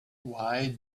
why